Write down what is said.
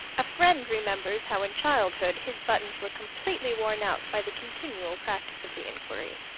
a friend remembers how in childhood his buttons were completely worn out by the continual practice of the inquiry.